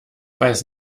beiß